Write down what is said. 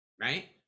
Right